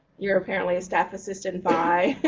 you're apparently a staff assistant vi.